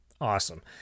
Awesome